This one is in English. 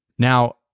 Now